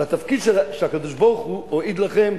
והתפקיד שהקדוש-ברוך-הוא הועיד לכם,